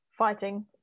fighting